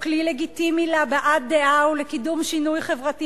הוא כלי לגיטימי להבעת דעה ולקידום שינוי חברתי